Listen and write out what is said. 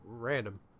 random